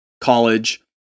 college